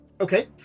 Okay